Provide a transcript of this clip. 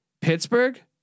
Pittsburgh